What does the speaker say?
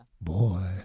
boy